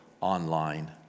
online